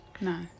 no